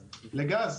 לגז.